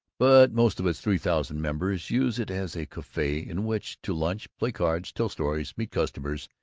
but most of its three thousand members use it as a cafe in which to lunch, play cards, tell stories, meet customers,